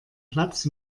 platz